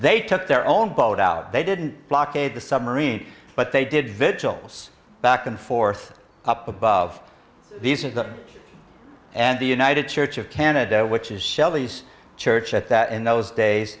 they took their own boat out they didn't blockade the submarine but they did vigils back and forth up above these are the and the united church of canada which is shelley's church at that in those